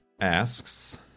asks